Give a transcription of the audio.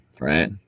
right